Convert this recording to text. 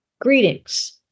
Greetings